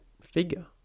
figure